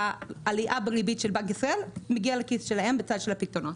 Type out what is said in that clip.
שהעלייה בריבית של בנק ישראל מגיעה לכיס שלהם בצד של הפיקדונות.